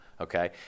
okay